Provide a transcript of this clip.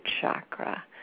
chakra